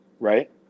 right